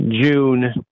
June